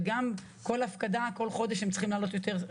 ובכל חודש הם צריכים לשלם הפקדה גדולה יותר?